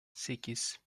sekiz